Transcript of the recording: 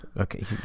Okay